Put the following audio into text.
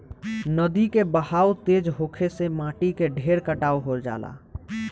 नदी के बहाव तेज होखे से माटी के ढेर कटाव हो जाला